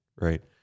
Right